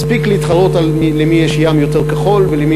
מספיק להתחרות למי יש ים יותר כחול ולמי